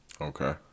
Okay